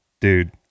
dude